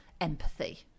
empathy